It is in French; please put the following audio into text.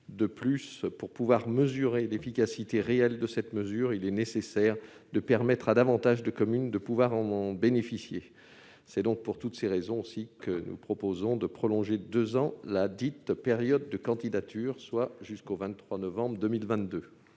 De plus, si l'on veut mesurer l'efficacité réelle de cette mesure, il est nécessaire de permettre à davantage de communes d'en bénéficier. Telles sont les raisons pour lesquelles nous proposons de prolonger de deux ans ladite période de candidature, soit jusqu'au 23 novembre 2022.